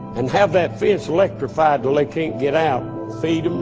and have that fence electrified till they can't get out. feed